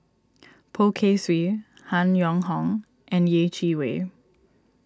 Poh Kay Swee Han Yong Hong and Yeh Chi Wei